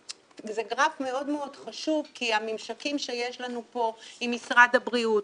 זה גרף מאוד מאוד חשוב כי הממשקים שיש לנו פה עם משרד הבריאות,